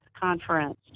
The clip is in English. conference